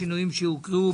השינויים שהוקראו.